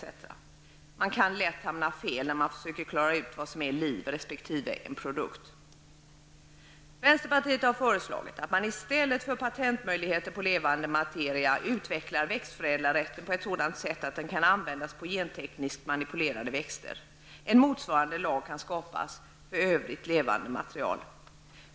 Man kan lätt hamna fel när man försöker klara ut vad som är liv resp. en produkt. Vänsterpartiet har föreslagit att man i stället för patentmöjligheter på levande material utvecklar växtförädlarrätten på ett sådant sätt att den kan användas på gentekniskt manipulerade växter. En motsvarande lag kan skapas för övrigt levande material.